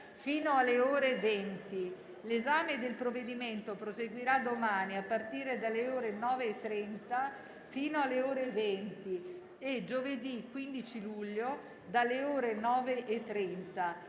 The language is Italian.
fino alle ore 20. L'esame del provvedimento proseguirà domani, a partire dalle ore 9,30 fino alle ore 20, e giovedì 15 luglio, dalle ore 9,30.